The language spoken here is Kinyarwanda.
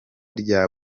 rya